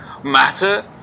Matter